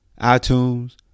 iTunes